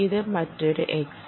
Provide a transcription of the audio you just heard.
ഇത് മറ്റൊരു X